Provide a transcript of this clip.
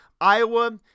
Iowa